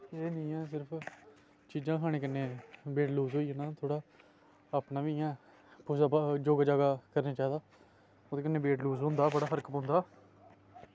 एह् नेहियां सिर्फ चीजां खाने कन्नै वेट लूज़ होई जंदा थोह्ड़ा अपना बी इयां जोगा जागा करना चाही दा ओह्दे कन्नै वेट लूज़ होंदा बड़ा फर्क पौंदा